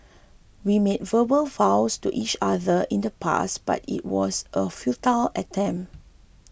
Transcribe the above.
we made verbal vows to each other in the past but it was a futile attempt